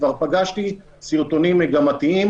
כבר פגשתי סרטונים מגמתיים,